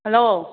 hello